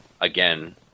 again